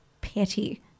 petty